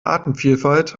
artenvielfalt